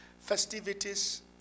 festivities